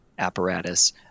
apparatus